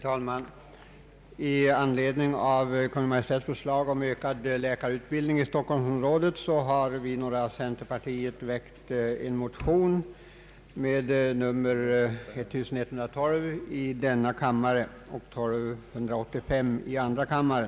Herr talman! Med anledning av Kungl. Maj:ts förslag om ökad läkarutbildning i Stockholmsområdet har vi inom centerpartiet väckt en motion nr 1112 i denna kammare och 1285 i andra kammaren.